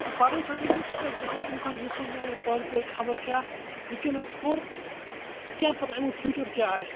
تہٕ پَرنہٕ سۭتی یُس سِٹرس گٔژھِتھ اِنسان یہِ سونٛچانٕے پانہٕ پٔرۍ خبر کیٛاہ وُںکیٚنس پوٛر کیٛاہ پتاہ امِٛیُک فیٛوٗچَر کیٛاہ آسہِ